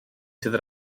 sydd